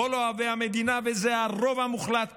כל אוהבי המדינה, וזה הרוב המוחלט כאן,